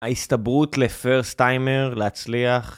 ההסתברות ל- first timer, להצליח.